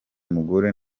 mugore